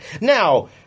Now